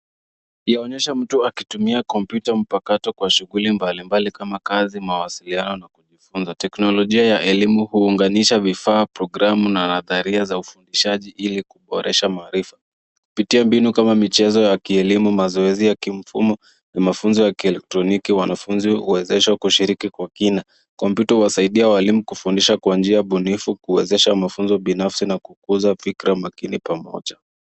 Inaonyesha mtu akitumia kompyuta mpakato kwa shughuli mbali mbali kama kazi, mawasiliano na kujifunza. Teknolojia ya elimu huunganisha vifaa, programu na hadharia za ufundishaji ili kuboresha maarifa. Kupitia mbinu kama michezo ya kielimu, mazoezi ya kimfumo na mafunzo ya kielektroniki wanafunzi huwezeshwa kushiriki kwa kina. Kompyuta huwasaidia walimu kufundisha kwa njia mbunifu, kuwezesha mafunzo binafsi na kukuza fikra makini pamoja.